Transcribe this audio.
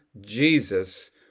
Jesus